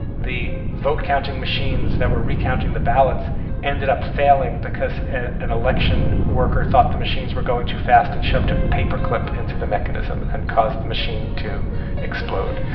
the vote counting machines that were recounting the ballots ended up failing because an election worker thought the machines were going too fast and shoved a paperclip into the mechanism and caused the machine to explode.